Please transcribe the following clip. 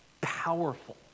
powerful